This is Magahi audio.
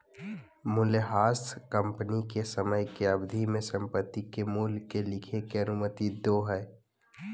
मूल्यह्रास कंपनी के समय के अवधि में संपत्ति के मूल्य के लिखे के अनुमति दो हइ